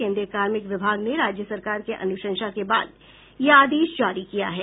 केन्द्रीय कार्मिक विभाग ने राज्य सरकार के अनुशंसा के बाद यह आदेश जारी किया है